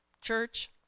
church